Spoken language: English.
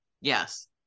yes